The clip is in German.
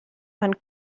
man